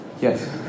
Yes